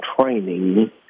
training